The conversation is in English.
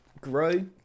grow